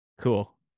Cool